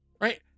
Right